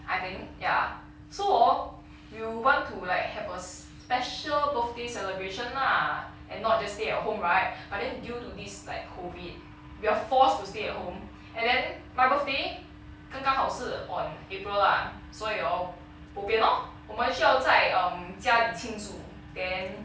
I think ya so hor we would want to like have a special birthday celebration lah and not just stay at home right but then due to this like COVID we are forced to stay at home and then my birthday 刚刚好是 on april lah 所以 hor bo pian lor 我们需要在 um 家里庆祝 then